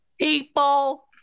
people